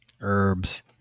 herbs